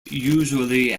usually